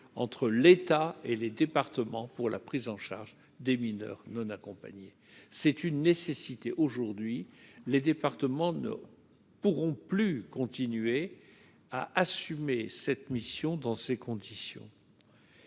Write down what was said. entre l'État et les départements pour la prise en charge des mineurs non accompagnés, c'est une nécessité aujourd'hui les départements ne pourront plus continuer à assumer cette mission dans ces conditions.